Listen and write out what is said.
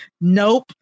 Nope